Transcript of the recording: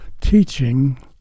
teaching